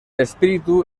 espíritu